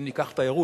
אם ניקח תיירות,